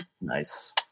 Nice